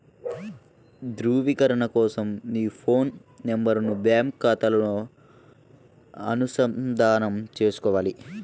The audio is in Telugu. ధ్రువీకరణ కోసం మీ ఫోన్ నెంబరును బ్యాంకు ఖాతాకు అనుసంధానం చేసుకోవాలి